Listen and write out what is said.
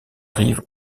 rives